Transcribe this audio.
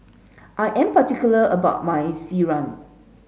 I am particular about my Sireh